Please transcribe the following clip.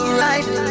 right